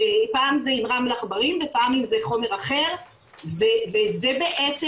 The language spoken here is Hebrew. פעם אם זה רעל עכברים ופעם אם זה חומר אחר וזה בעצם